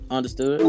Understood